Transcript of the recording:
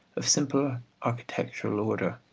of simpler architectural order,